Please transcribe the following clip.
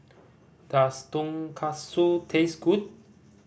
does Tonkatsu taste good